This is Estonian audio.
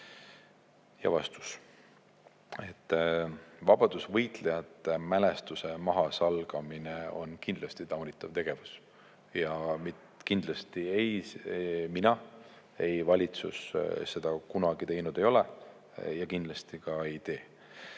Ja vastus: vabadusvõitlejate mälestuse mahasalgamine on kindlasti taunitav tegevus. Kindlasti ei ole mina ega valitsus seda kunagi teinud ja kindlasti ka ei tee.